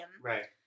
Right